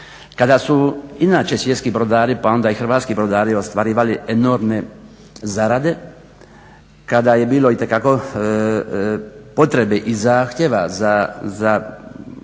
kada su inače svjetski brodari pa onda i hrvatski brodari ostvarivali enormne zarade, kada je bilo itekako potrebe i zahtjeva za